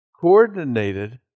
coordinated